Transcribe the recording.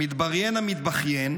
המתבריין המתבכיין,